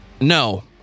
No